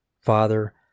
Father